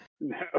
No